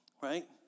Right